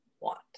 want